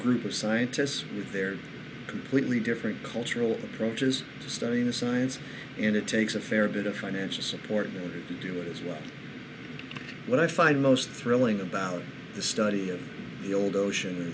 group of scientists if they're completely different cultural approaches to studying the science and it takes a fair bit of financial support to do it as well what i find most thrilling about the study of the old ocean